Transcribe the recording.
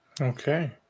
Okay